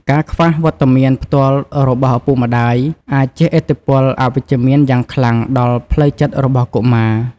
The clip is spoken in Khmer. ការខ្វះវត្តមានផ្ទាល់របស់ឪពុកម្ដាយ អាចជះឥទ្ធិពលអវិជ្ជមានយ៉ាងខ្លាំងដល់ផ្លូវចិត្តរបស់កុមារ។